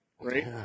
right